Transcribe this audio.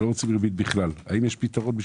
יש פתרון להם?